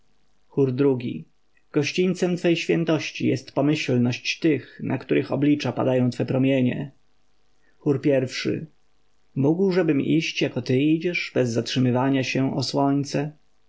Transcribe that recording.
ii gościńcem twej świętości jest pomyślność tych na których oblicza padają twe promienie chór i mógłżebym iść jako ty idziesz bez zatrzymywania się o słońce